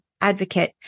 advocate